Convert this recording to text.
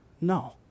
No